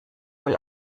wohl